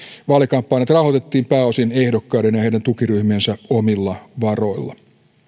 vaalikampanjat rahoitettiin pääosin ehdokkaiden ja heidän tukiryhmiensä omilla varoilla